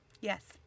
yes